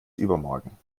übermorgen